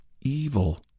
evil